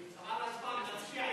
חבל על הזמן, נצביע ישר,